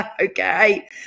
okay